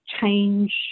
change